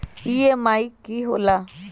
EMI की होला?